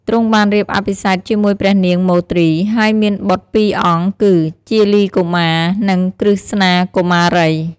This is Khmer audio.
ទ្រង់បានរៀបអភិសេកជាមួយព្រះនាង មទ្រី ហើយមានបុត្រពីរអង្គគឺ ជាលីកុមារ និង ក្រឹស្នាកុមារី។